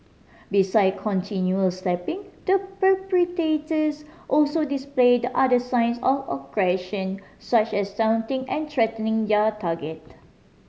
besides continual a slapping the perpetrators also displayed other signs of aggression such as taunting and threatening their target